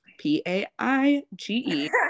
P-A-I-G-E